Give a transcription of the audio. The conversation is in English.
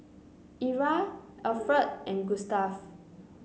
Era Alferd and Gustave